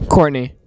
Courtney